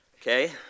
Okay